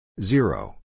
Zero